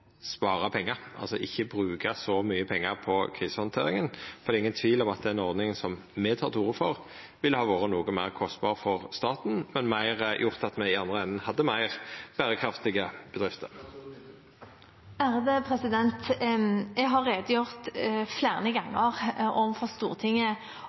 pengar, altså ikkje bruka så mykje pengar på krisehandteringa? Det er ingen tvil om at den ordninga me tek til orde for, ville ha vore noko meir kostbar for staten, men gjort at me i andre enden hadde meir berekraftige bedrifter. Jeg har redegjort